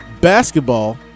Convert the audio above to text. Basketball